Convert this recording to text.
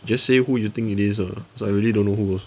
just say who you think it is ah so I really don't know who was